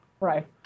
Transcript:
Right